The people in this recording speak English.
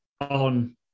on